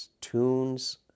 tunes